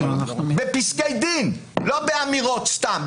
בפסקי דין, לא באמירות סתם.